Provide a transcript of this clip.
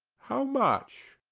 how much?